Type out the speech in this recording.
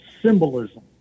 symbolism